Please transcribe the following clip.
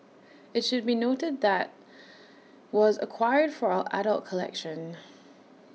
IT should be noted that was acquired for our adult collection